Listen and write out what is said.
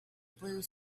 blue